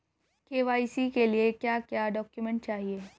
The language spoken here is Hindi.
के.वाई.सी के लिए क्या क्या डॉक्यूमेंट चाहिए?